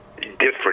Different